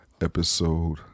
Episode